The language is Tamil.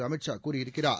அமித்ஷா கூறியிருக்கிறார்